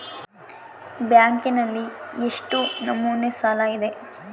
ಬ್ಯಾಂಕಿನಲ್ಲಿ ಎಷ್ಟು ನಮೂನೆ ಸಾಲ ಇದೆ?